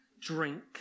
drink